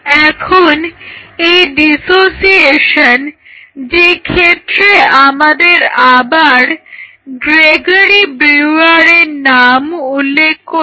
এখন এই ডিসোসিয়েশন যেক্ষেত্রে আমাদের আবার গ্রেগরি ব্রিউয়ারের নাম উল্লেখ করতে হবে